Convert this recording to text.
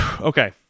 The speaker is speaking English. Okay